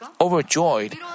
overjoyed